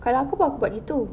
kalau aku pun aku buat gitu